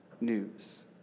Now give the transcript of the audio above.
news